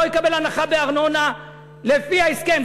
לא יקבל הנחה בארנונה לפי ההסכם,